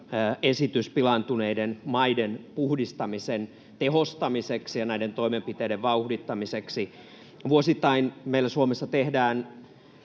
esitys pilaantuneiden maiden puhdistamisen tehostamiseksi ja näiden toimenpiteiden vauhdittamiseksi. Vuosittain meillä Suomessa tehdään